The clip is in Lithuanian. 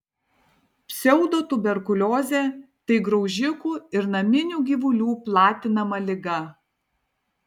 pseudotuberkuliozė tai graužikų ir naminių gyvulių platinama liga